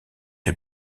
est